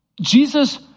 Jesus